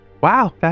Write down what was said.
Wow